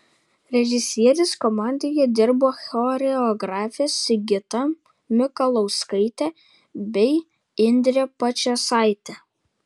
režisierės komandoje dirbo choreografės sigita mikalauskaitė bei indrė pačėsaitė